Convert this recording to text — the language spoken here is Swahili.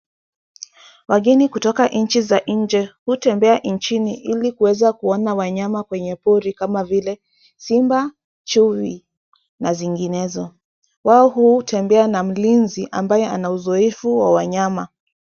Wageni kutoka nchi za nje hutembea nchini ili kuweza kuona wanyama kwenye pori kama vile simba, chui na zinginezo. Wao hutembea na mlinzi ambaye ana uzoefu wa wanyama.